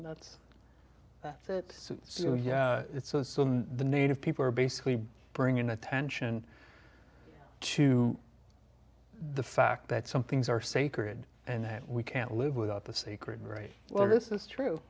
and that's that's it since it's the native people are basically bringing attention to the fact that some things are sacred and that we can't live without the sacred right well this is true